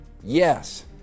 Yes